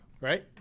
right